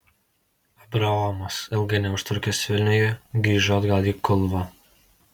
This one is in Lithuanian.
abraomas ilgai neužtrukęs vilniuje grįžo atgal į kulvą